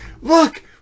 look